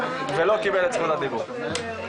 שאנחנו צריכים לעטות עלינו ארשת מאוד מעמיקה ורגישה.